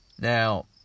Now